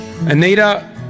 Anita